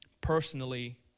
personally